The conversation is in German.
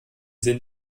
sinn